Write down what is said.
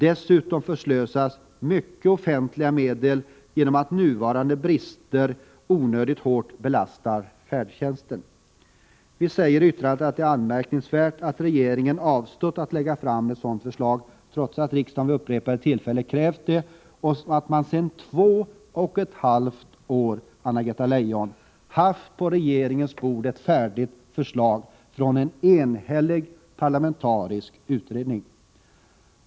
Dessutom förslösas mycket av offentliga medel genom att nuvarande brister onödigt hårt belastar färdtjänsten. Vi säger i yttrandet att det är anmärkningsvärt att regeringen avstått ifrån att lägga fram ett förslag trots att riksdagen vid upprepade tillfällen krävt ett sådant och trots att regeringen sedan två och ett halvt år tillbaka, Anna-Greta Leijon, haft ett färdigt förslag från en enhällig parlamentarisk utredning.